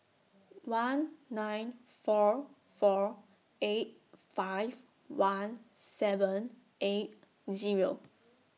one nine four four eight five one seven eight Zero